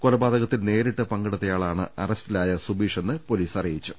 കൊലപാതകത്തിൽ നേരിട്ട് പങ്കെടുത്തയാളാണ് അറസ്റ്റിലായ സുബീഷ് എന്ന് പൊലീസ് അറിയിച്ചു